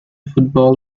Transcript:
football